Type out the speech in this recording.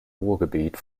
ruhrgebiet